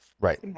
Right